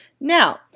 Now